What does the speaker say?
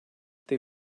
they